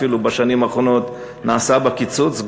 אפילו בשנים האחרונות נעשה בה קיצוץ.